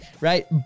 right